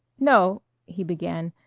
no he began,